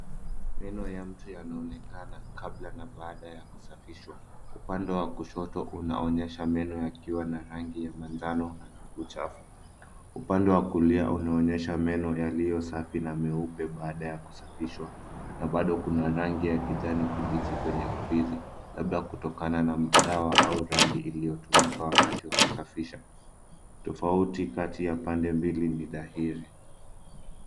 Meno ya mtu yanaonekana kabla na baada ya kusafishwa. Upande wa kushoto unaonyesha meno yakiwa na rangi ya manjano na uchafu. Upande wa kulia unaonyesha meno yaliyosafi na meupe baada ya kusafishwa na bado kuna rangi ya kijani kibichi kwenye ufizi, labda kuotokana na dawa au rangi iliyotumika wakati wa kusafisha. Utofauti kati ya pande mbili ni dhahiri.